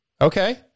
Okay